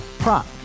Prop